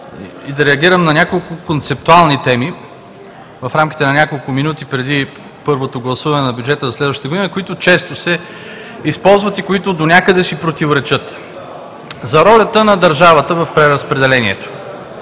и да реагирам на няколко концептуални теми в рамките на няколко минути преди първото гласуване на бюджета за следващата година, които често се използват и които донякъде си противоречат. За ролята на държавата в преразпределението.